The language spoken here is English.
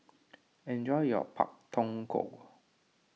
enjoy your Pak Thong Ko